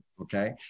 Okay